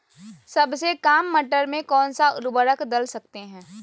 सबसे काम मटर में कौन सा ऊर्वरक दल सकते हैं?